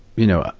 you know,